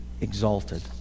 exalted